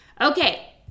Okay